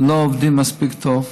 לא עובדים מספיק טוב.